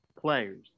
players